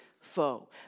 foe